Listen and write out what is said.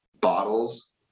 bottles